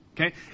Okay